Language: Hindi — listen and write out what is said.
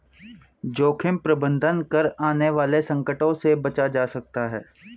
जोखिम प्रबंधन कर आने वाले संकटों से बचा जा सकता है